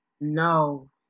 No